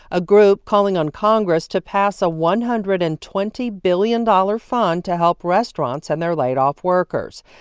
a group calling on congress to pass a one hundred and twenty billion dollars fund to help restaurants and their laid-off workers.